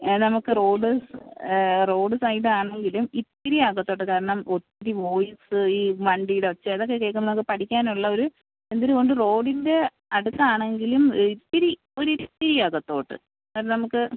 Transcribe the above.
നമുക്ക് road roadside ആണെങ്കിലും ഇത്തിരി അകത്തോട്ട് കയറണം ഒത്തിരി വോയിസ് ഈ വണ്ടിയുടെ ഒച്ച അതൊക്കെ കേൾക്കുമ്പോൾ നമുക്ക് പഠിക്കാനുള്ള ഒരു എന്തര് കൊണ്ട് റോഡിൻ്റെ അടുത്താണെങ്കിലും ഇത്തിരി ഒരിത്തിരി അകത്തോട്ട് അത് നമുക്ക്